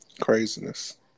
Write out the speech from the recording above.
craziness